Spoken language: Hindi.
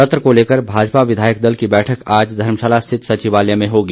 सत्र को लेकर भाजपा विधायक दल की बैठक आज धर्मशाला रिथित सचिवालय में होगी